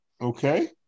okay